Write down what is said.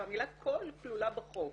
והמילה קול כלולה בחוק.